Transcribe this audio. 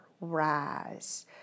rise